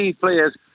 players